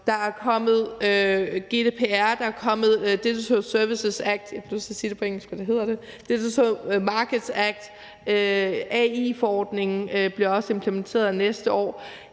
hedder det – Digital Services Act og Digital Markets Act. Og AI-forordningen bliver også implementeret næste år.